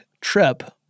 trip